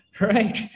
right